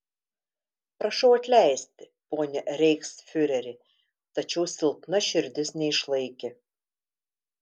prašau atleisti pone reichsfiureri tačiau silpna širdis neišlaikė